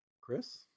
Chris